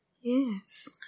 Yes